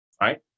Right